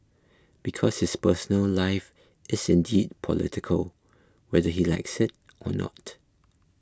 because his personal life is indeed political whether he likes it or not